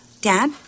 Dad